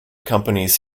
companies